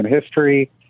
history